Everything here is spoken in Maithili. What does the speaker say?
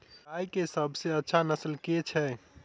गाय केँ सबसँ अच्छा नस्ल केँ छैय?